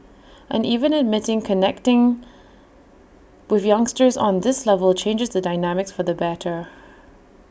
and even admitting connecting with youngsters on this level changes the dynamics for the better